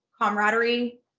camaraderie